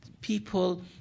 people